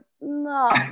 No